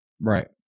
Right